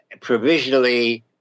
provisionally